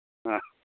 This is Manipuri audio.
ꯑ